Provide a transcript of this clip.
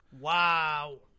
Wow